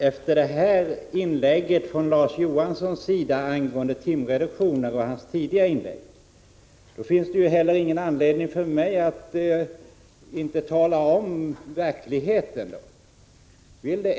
Herr talman! Efter detta inlägg av Larz Johansson angående timreduktioner och efter hans tidigare inlägg finns det ingen anledning för mig att inte tala om vad som är verklighet.